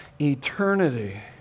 eternity